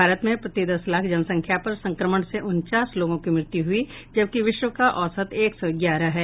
भारत में प्रति दस लाख जनसंख्या पर संक्रमण से उनचास लोगों की मृत्यु हुई जबकि विश्व का औसत एक सौ ग्यारह है